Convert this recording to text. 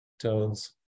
tones